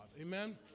Amen